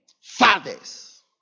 Fathers